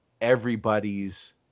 Everybody's